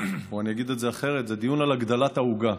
או אני אגיד את זה אחרת: זה דיון על הגדלת העוגה.